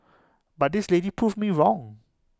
but this lady proved me wrong